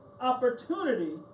opportunity